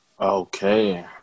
Okay